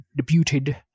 debuted